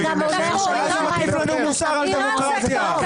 אל תטיף לנו מוסר על דמוקרטיה.